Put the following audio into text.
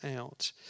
out